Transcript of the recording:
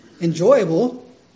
enjoyable